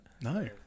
No